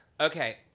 Okay